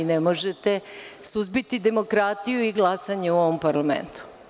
Ne možete suzbiti demokratiju i glasanje u ovom parlamentu.